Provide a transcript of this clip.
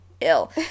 ill